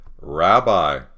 Rabbi